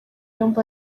yombi